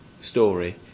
story